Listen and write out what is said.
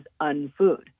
unfood